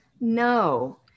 No